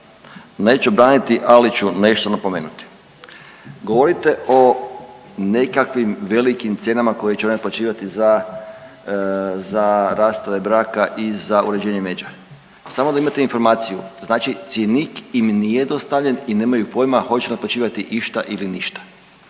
neću braniti ali ću nešto napomenuti. Govorite o nekakvim velikim cijenama koji će oni naplaćivati za, za rastave braka i za uređenje međa. Samo da imate informaciju znači cjenik im nije dostavljen i nemaju pojma hoće naplaćivati išta ili ništa.